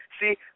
See